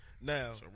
Now